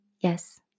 Yes